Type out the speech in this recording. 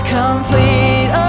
complete